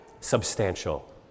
substantial